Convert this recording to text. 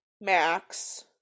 Max